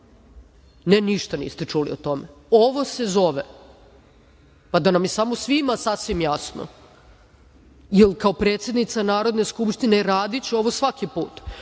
Ne, ništa niste čuli o tome. Ovo se zove, da nam je samo svima sasvim jasno, jer kao predsednica Narodne skupštine radiću ovo svaki put,